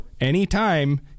anytime